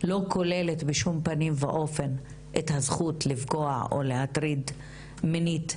לא כוללת בשום פנים ואופן את הזכות לפגוע או להטריד מינית,